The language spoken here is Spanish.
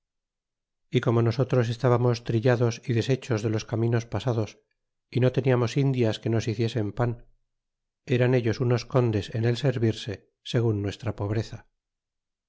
y como nosotros estábamos trillados y deshechos de los caminos pasados y no teniamos indias que nos hiciesen pan eran ellos unos condes en el servirse segun nuestra pobreza